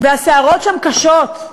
והסערות שם קשות.